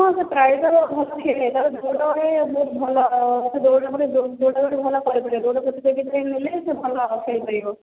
ହଁ ସେ ପ୍ରାୟତଃ ଭଲ ଖେଳେ ତାର ଦୌଡରେ ବହୁତ ଭଲ ଦୌଡ଼ାଦୌଡ଼ି ଭଲ କରିପାରିବ ଦୌଡ ପ୍ରତିଯୋଗିତା ନେଲେ ସେ ଭଲ ଖେଳିପାରିବ